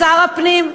לשר הפנים,